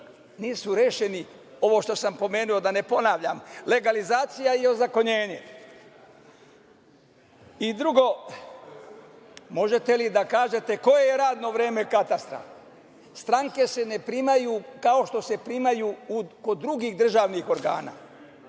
nisu rešeni, ovo što sam pomenuo, da ne ponavljam. Legalizacija i ozakonjenje. Drugo, možete li da kažete koje je radno vreme katastra? Stranke se ne primaju kao što se primaju kod drugih državnih organa.